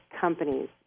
companies